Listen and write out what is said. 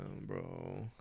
bro